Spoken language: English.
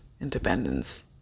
independence